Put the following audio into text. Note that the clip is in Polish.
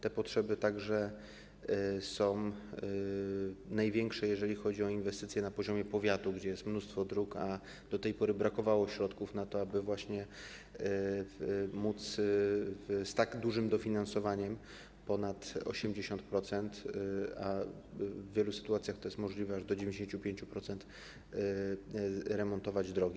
Te potrzeby są największe, jeżeli chodzi o inwestycje na poziomie powiatu, gdzie jest mnóstwo dróg, a do tej pory brakowało środków na to, aby móc właśnie z tak dużym dofinansowaniem, ponad 80%, a w wielu sytuacjach to możliwe aż do 95%, remontować drogi.